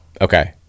Okay